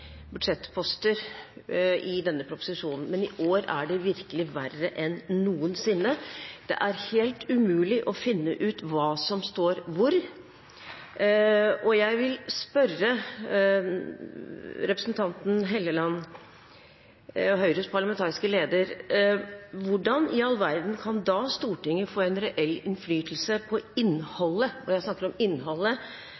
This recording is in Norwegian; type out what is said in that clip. budsjettposter i proposisjonen, men i år er det virkelig verre enn noensinne. Det er helt umulig å finne ut hva som står hvor. Jeg vil spørre representanten Helleland, Høyres parlamentariske leder: Hvordan i all verden kan da Stortinget få en reell innflytelse på